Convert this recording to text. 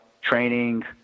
training